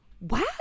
wow